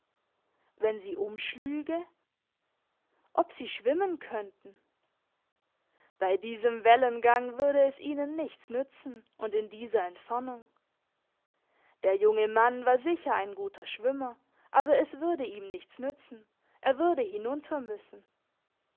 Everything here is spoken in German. wenn sie umschlüge ob sie schwimmen könnten bei diesem wellengang würde es ihnen nichts nützen und in dieser entfernung der junge mann war sicher ein guter schwimmer aber es würde ihm nichts nützen er würde hinunter müssen